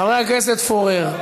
חברת הכנסת רוזין,